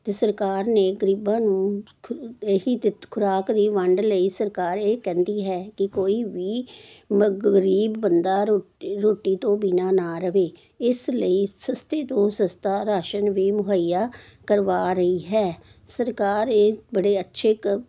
ਅਤੇ ਸਰਕਾਰ ਨੇ ਗਰੀਬਾਂ ਨੂੰ ਖੁ ਇਹ ਹੀ ਦਿੱ ਖੁਰਾਕ ਦੀ ਵੰਡ ਲਈ ਸਰਕਾਰ ਇਹ ਕਹਿੰਦੀ ਹੈ ਕਿ ਕੋਈ ਵੀ ਮ ਗਰੀਬ ਬੰਦਾ ਰੋ ਰੋਟੀ ਤੋਂ ਬਿਨਾਂ ਨਾ ਰਹੇ ਇਸ ਲਈ ਸਸਤੇ ਤੋਂ ਸਸਤਾ ਰਾਸ਼ਨ ਵੀ ਮੁਹੱਈਆ ਕਰਵਾ ਰਹੀ ਹੈ ਸਰਕਾਰ ਇਹ ਬੜੇ ਅੱਛੇ ਕ